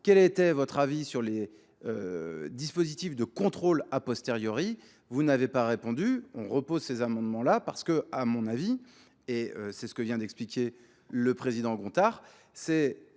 quel était votre avis sur les dispositifs de contrôle à posteriori. Vous n'avez pas répondu. On repose ces amendements-là parce que, à mon avis, et c'est ce que vient d'expliquer le président Gontard, c'est